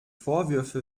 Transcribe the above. vorwürfe